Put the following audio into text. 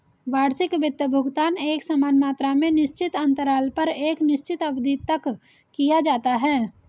वार्षिक वित्त भुगतान एकसमान मात्रा में निश्चित अन्तराल पर एक निश्चित अवधि तक किया जाता है